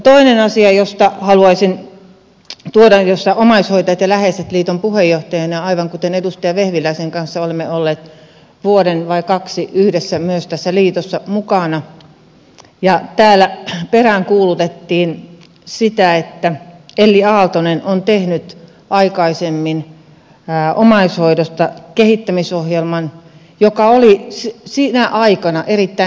toinen asia jonka haluaisin tuoda omaishoitajat ja läheiset liiton puheenjohtajana esille edustaja vehviläisen kanssa olemme olleet vuoden vai kaksi myös yhdessä tässä liitossa mukana täällä peräänkuulutettiin sitä että elli aaltonen on tehnyt aikaisemmin omaishoidosta kehittämisohjelman joka oli sinä aikana erittäin hyvä